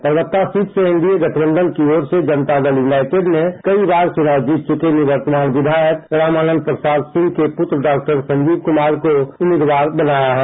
Parbatta seat से N D A गठबंधन की ओर से जनता दल यूनाइटेड ने कई बार चुनाव जीत चुके निवर्तमान विधायक रामानंद प्रसाद सिंह के पुत्र डॉ संजीव कुमार को उम्मीदवार बनाया है